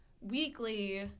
weekly